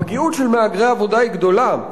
הפגיעות של מהגרי עבודה היא גדולה,